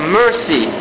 mercy